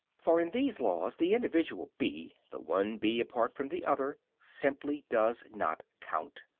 for in these laws the individual bee, the one bee apart from the other, simply does not count.